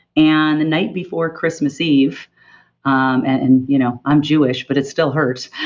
and the night before christmas eve and you know i'm jewish, but it still hurts,